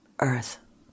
Earth